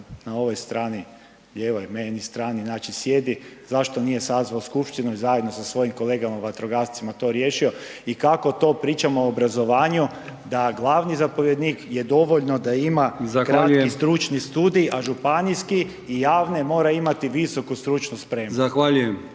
na ovoj strani lijevoj meni strani, znači sjedi, zašto nije sazvao skupštinu i zajedno sa svojim kolegama vatrogascima to riješio i kako to pričamo o obrazovanju da glavni zapovjednik je dovoljno da ima …/Upadica: Zahvaljujem/…kratki stručni studij, a županijski i javne mora imati visoku stručnu spremu.